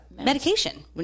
medication